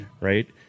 right